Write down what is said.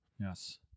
Yes